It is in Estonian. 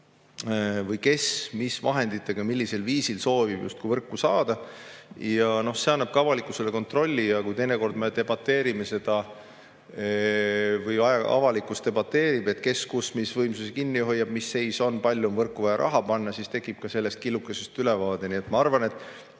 kes, mis vahenditega, millisel viisil soovib justkui võrku saada. See annab ka avalikkusele kontrolli. Kui me teinekord debateerime või avalikkus debateerib, kes, kus, mis võimsusi kinni hoiab, mis seis on, kui palju on võrku vaja raha panna, siis [nüüd] tekib sellest killukesest ülevaade. Nii et ma arvan, et